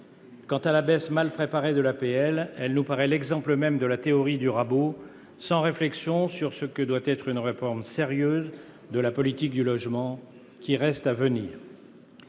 Quant à la baisse, mal préparée, de l'APL, elle nous paraît l'exemple même de la théorie du rabot, sans réflexion sur ce que doit être une réforme sérieuse de la politique du logement, qui reste à venir.